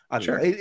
Sure